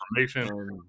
information